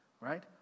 Right